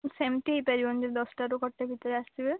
ସେମିତି ହେଇପାରିବନି ଯଦି ଦଶଟାରୁ ଗୋଟେ ଭିତରେ ଆସିବେ